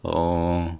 哦